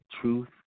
truth